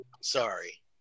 sorry